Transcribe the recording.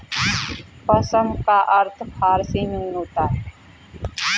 पश्म का अर्थ फारसी में ऊन होता है